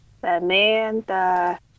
Samantha